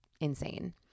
Insane